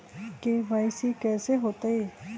KYC कैसे होतई?